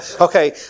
okay